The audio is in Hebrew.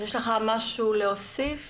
יש לך משהו להוסיף